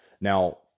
Now